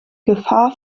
gefahr